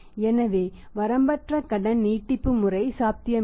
எனவே வரம்பற்ற கடன் நீட்டிப்பு முறை சாத்தியமில்லை